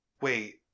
wait